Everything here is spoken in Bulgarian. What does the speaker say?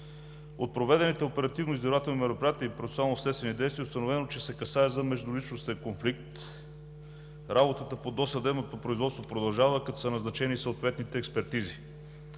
От проведените оперативно-издирвателни мероприятия и процесуално следствени действия е установено, че се касае за междуличностен конфликт. Работата по досъдебното производство продължава, като са назначени съответните експертизи.